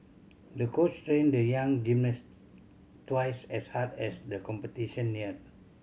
the coach trained the young gymnast twice as hard as the competition neared